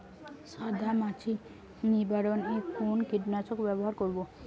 সাদা মাছি নিবারণ এ কোন কীটনাশক ব্যবহার করব?